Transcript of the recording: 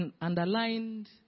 underlined